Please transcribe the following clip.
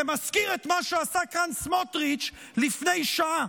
זה מזכיר את מה שעשה כאן סמוטריץ' לפני שעה.